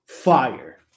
fire